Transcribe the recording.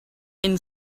and